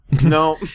No